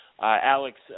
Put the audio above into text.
Alex